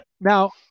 Now